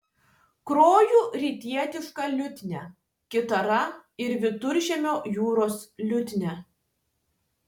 groju rytietiška liutnia gitara ir viduržemio jūros liutnia